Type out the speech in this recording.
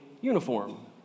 uniform